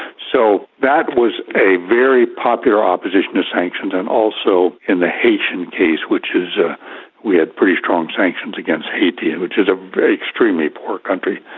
so that was a very popular opposition to sanctions, and also, in the haitian case, which is. ah we had pretty strong sanctions against haiti, and which is ah an extremely poor country.